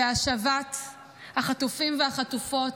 בהשבת החטופים והחטופות,